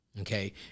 Okay